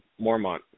Mormont